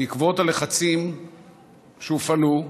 בעקבות הלחצים שהופעלו,